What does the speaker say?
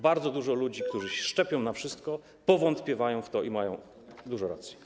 Bardzo dużo ludzi, którzy szczepią się na wszystko, powątpiewa w to i ma dużo racji.